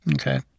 okay